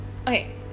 Okay